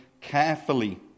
carefully